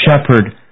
shepherd